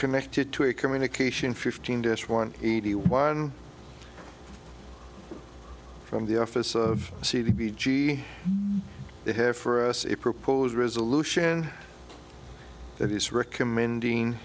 connected to a communication fifteen to us one eighty one from the office of c b g they have for us a proposed resolution that is recommending